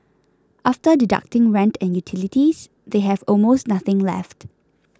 after deducting rent and utilities they have almost nothing left